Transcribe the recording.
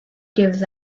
gives